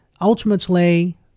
ultimately